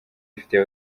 ifitiye